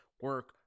Work